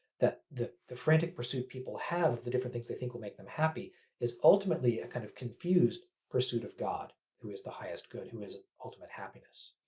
that the the frantic pursuit people have of the different things they think will make them happy is ultimately a kind of confused pursuit of god, who is the highest good, who is ultimate happiness.